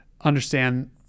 understand